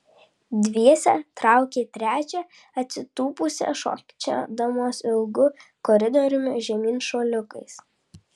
dviese traukė trečią atsitūpusią šokčiodamos ilgu koridoriumi žemyn šuoliukais